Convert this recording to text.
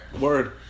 Word